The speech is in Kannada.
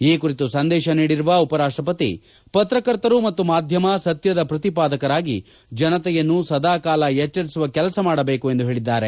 ಈ ಕುರಿತು ಸಂದೇಶ ನೀಡಿರುವ ಉಪರಾಷ್ಟ ಪತಿ ಪತ್ರಕರ್ತರು ಮತ್ತು ಮಾಧ್ಯಮ ಸತ್ಯದ ಪ್ರತಿಪಾದಕರಾಗಿ ಜನತೆಯನ್ನು ಸದಾಕಾಲ ಎಚ್ಚರಿಸುವ ಕೆಲಸ ಮಾಡಬೇಕು ಎಂದು ಹೇಳಿದರು